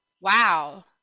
wow